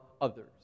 others